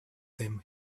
them